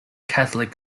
catholic